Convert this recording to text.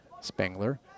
Spengler